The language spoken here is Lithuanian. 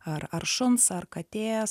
ar ar šuns ar katės